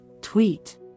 tweet